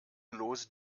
lose